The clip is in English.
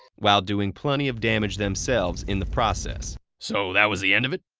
while doing plenty of damage themselves in the process. so that was the end of it?